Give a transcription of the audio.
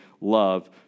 love